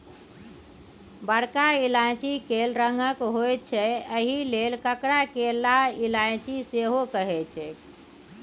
बरका इलायची कैल रंगक होइत छै एहिलेल एकरा कैला इलायची सेहो कहैत छैक